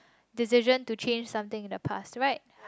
decision to change something in the past right